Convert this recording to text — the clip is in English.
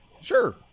Sure